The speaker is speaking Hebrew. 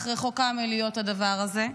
אך היא רחוקה מלהיות הדבר הזה.